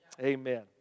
Amen